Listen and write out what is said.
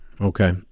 Okay